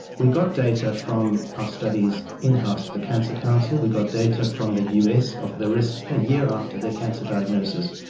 we got data from our studies in-house at the cancer council, we got data from the us of the risks a year after their cancer diagnosis.